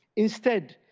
instead,